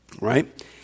right